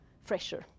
fresher